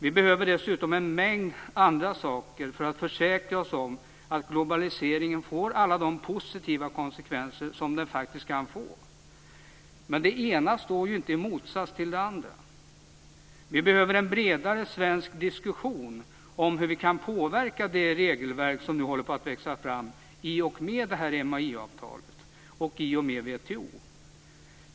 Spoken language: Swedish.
Vi behöver dessutom en mängd andra saker för att försäkra oss om att globaliseringen får alla de positiva konsekvenser som den kan få. Men det ena står inte i motsats till det andra. Vi behöver en bredare svensk diskussion om hur vi kan påverka det regelverk som nu håller på att växa fram - i och med MAI avtalet och med WTO.